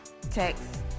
text